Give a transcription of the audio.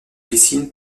piscine